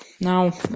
Now